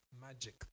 magic